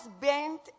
bent